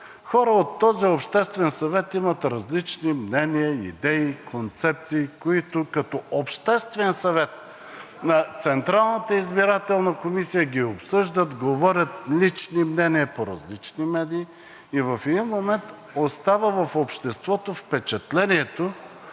хора от този обществен съвет имат различни мнения, идеи, концепции, които като Обществен съвет на Централната избирателна комисия ги обсъждат, говорят лични мнения по различни медии и в един момент остава в обществото впечатлението,